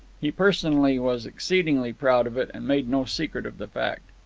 he personally was exceedingly proud of it, and made no secret of the fact.